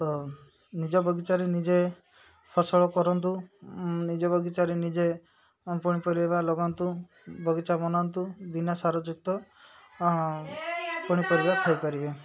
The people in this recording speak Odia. ତ ନିଜ ବଗିଚାରେ ନିଜେ ଫସଲ କରନ୍ତୁ ନିଜ ବଗିଚାରେ ନିଜେ ପନିପରିବା ଲଗାନ୍ତୁ ବଗିଚା ବନାନ୍ତୁ ବିନା ସାରଯୁକ୍ତ ପନିପରିବା ଖାଇପାରିବେ